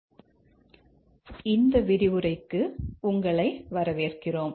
உங்களை இந்த விரிவுரைக்கு வரவேற்கிறோம்